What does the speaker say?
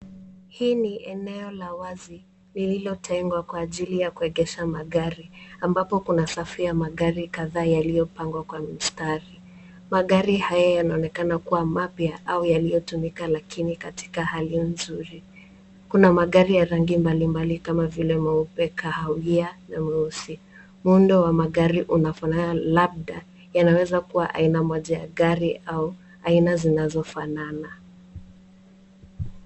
Hii ni eneo la wazi lililotengwa kwa ajili ya kuegesha magari ambapo kuna safu ya magari kadhaa yaliyopangwa kwa mstari. Magari haya yanaonekana kuwa mapya au yaliyotumika lakini katika hali nzuri. Kuna magari ya rangi mbalimbali kama vile meupe, kahawia na meusi. Muundo wa magari unafanana labda yanaweza kuwa ya aina moja ya gari au aina zinazofanana.